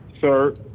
sir